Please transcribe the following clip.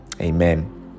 Amen